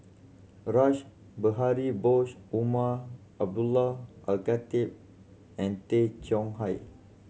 Rash Behari Bose Umar Abdullah Al Khatib and Tay Chong Hai